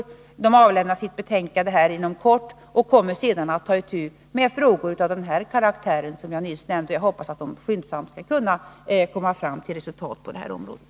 Kommittén avlämnar sitt betänkande inom kort och kommer sedan att ta itu med frågor av den här karaktären, som jag nyss nämnde. Jag hoppas att kommittén skyndsamt skall kunna komma fram till resultat på området.